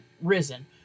risen